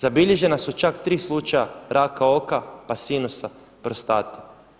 Zabilježena su čak 3 slučaja raka oka, pa sinusa, prostate.